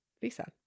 visa